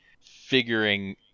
figuring